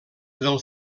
del